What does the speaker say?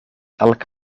elk